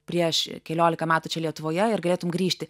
prieš keliolika metų čia lietuvoje ir galėtum grįžti